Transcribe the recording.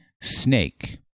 snake